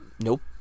nope